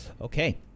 Okay